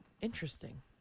interesting